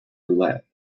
roulette